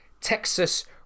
Texas